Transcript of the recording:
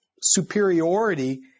superiority